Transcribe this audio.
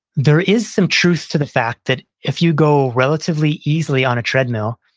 there is some truth to the fact that if you go relatively easily on a treadmill,